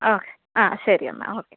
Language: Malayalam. ആ ആ ശരി എന്നാൽ ഓക്കെ